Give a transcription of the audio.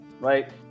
right